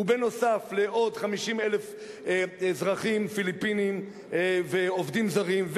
ונוסף על עוד 50,000 אזרחים פיליפינים ועובדים זרים,